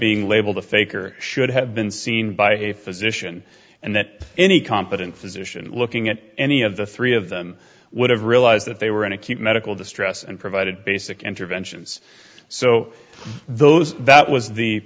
being labeled a faker should have been seen by a physician and that any competent physician looking at any of the three of them would have realized that they were in acute medical distress and provided basic interventions so those that was the